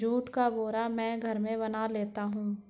जुट का बोरा मैं घर में बना लेता हूं